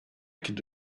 could